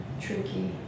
tricky